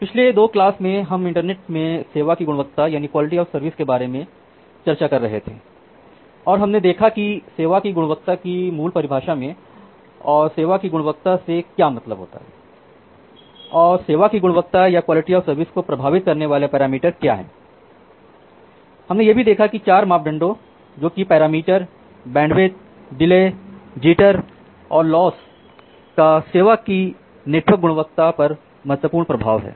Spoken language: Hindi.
पिछली 2 क्लास में हम इंटरनेट में सेवा की गुणवत्ता के बारे में चर्चा कर रहे थे और हमने देखा कि सेवा की गुणवत्ता की मूल परिभाषा में और सेवा की गुणवत्ता से क्या मतलब है और सेवा की गुणवत्ता को प्रभावित करने वाले पैरामीटर क्या हैं और हमने देखा है कि 4 मापदंडों पैरामीटर एक बैंडविड्थ डिले जिटर और लोस का सेवा की नेटवर्क गुणवत्ता पर महत्वपूर्ण प्रभाव है